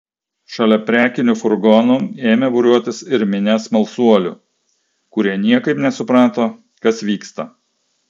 šalia prekinių furgonų ėmė būriuotis ir minia smalsuolių kurie niekaip nesuprato kas vyksta